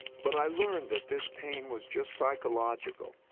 but i learned that this pain was just psychological,